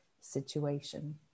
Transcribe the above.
situation